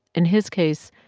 in his case,